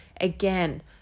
Again